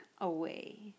away